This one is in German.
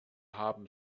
haben